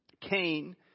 Cain